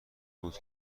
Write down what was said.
بود